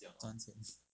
赚钱先